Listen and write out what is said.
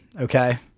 okay